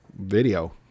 video